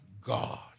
God